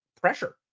pressure